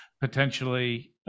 potentially